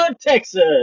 Texas